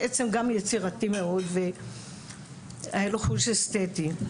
בעצם, גם יצירתי מאוד והיה לו חוש אסטטי.